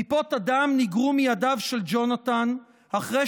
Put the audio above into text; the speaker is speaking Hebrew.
טיפות הדם ניגרו מידיו של ג'ונתן אחרי